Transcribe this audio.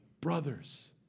brothers